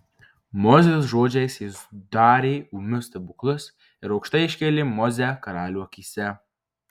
mozės žodžiais jis darė ūmius stebuklus ir aukštai iškėlė mozę karalių akyse